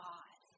God